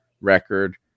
record